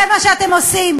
זה מה שאתם עושים,